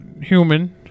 human